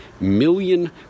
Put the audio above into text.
million